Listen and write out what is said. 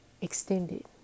Extended